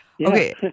Okay